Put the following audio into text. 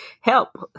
help